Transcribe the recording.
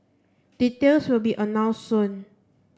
details will be announced soon